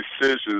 decisions